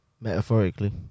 Metaphorically